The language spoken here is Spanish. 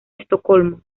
estocolmo